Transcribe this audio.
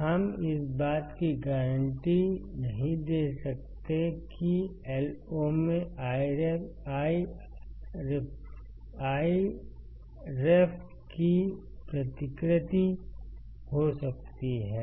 हम इस बात की गारंटी नहीं दे सकते कि Io में Iref की प्रतिकृति हो सकती है